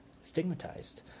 stigmatized